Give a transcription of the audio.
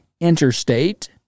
interstate